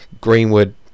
Greenwood